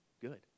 good